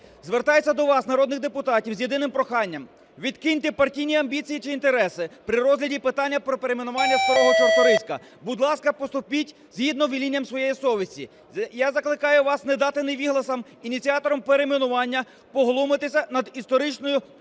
Звертається до вас, народних депутатів, з єдиним проханням. "Відкиньте партійні амбіції чи інтереси при розгляді питання про перейменування Старого Чорторийська. Будь ласка, поступіть згідно з велінням своєї совісті. Я закликаю вас не дати невігласам, ініціаторам перейменування, поглумитися над історичною